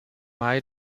mai